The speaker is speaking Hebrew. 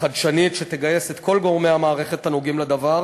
וחדשנית ותגייס את כל גורמי המערכת הנוגעים בדבר